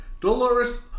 Dolores